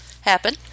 happen